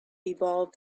evolved